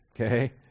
Okay